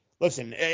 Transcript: listen